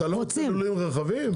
אתם לא רוצים לולים מפחדים?